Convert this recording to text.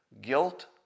Guilt